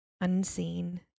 unseen